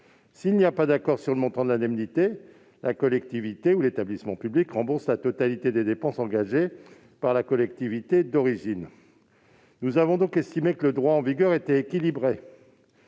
S'il n'y a pas d'accord sur le montant de l'indemnité, la collectivité ou l'établissement public rembourse la totalité des dépenses engagées par la collectivité d'origine. Nous avons donc estimé que le droit en vigueur était équilibré